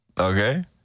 okay